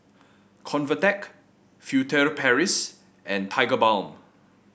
Convatec Furtere Paris and Tigerbalm